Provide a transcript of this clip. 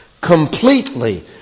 completely